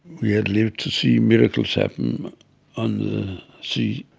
we had lived to see miracles happen on the sea.